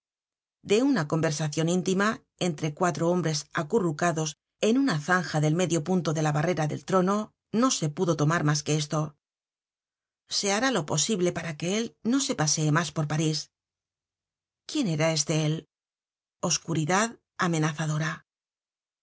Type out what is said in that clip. de una conversacion íntima entre cuatro hombres acurrucados en una zanja del medio punto de la barrera del trono no se pudo tomar mas que esto se hará lo posible para que él no se pasee mas por parís quién era este éll oscuridad amenazadora